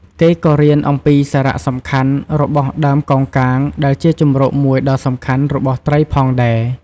គេក៏រៀនអំំពីសារៈសំខាន់របស់ដើមកោងកាងដែលជាជម្រកមួយដ៏សំខាន់របស់ត្រីផងដែរ។